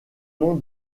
nom